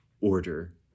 order